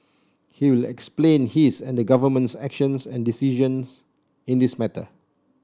he will explain his and the Government's actions and decisions in this matter